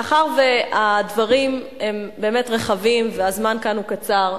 מאחר שהדברים הם באמת רחבים והזמן כאן קצר,